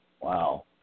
wow